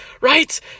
right